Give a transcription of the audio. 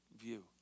view